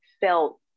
felt